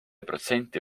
protsenti